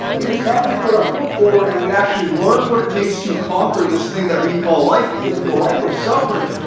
it is fine. we put our foot forward and we actually learn what it takes to conquer this thing that we call life because in the life of suffering,